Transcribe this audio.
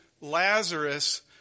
Lazarus